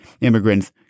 immigrants